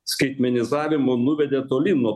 skaitmenizavimu nuvedė tolyn nuo